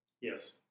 Yes